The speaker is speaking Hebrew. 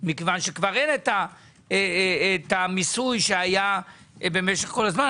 מכיוון שכבר אין את המיסוי שהיה במשך כל הזמן.